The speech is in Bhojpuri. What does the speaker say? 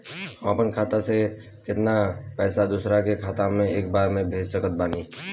हम अपना खाता से केतना पैसा दोसरा के खाता मे एक बार मे भेज सकत बानी?